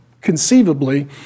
conceivably